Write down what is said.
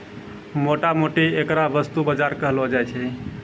मोटा मोटी ऐकरा वस्तु बाजार कहलो जाय छै